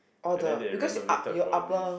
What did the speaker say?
and then they renovated for a lift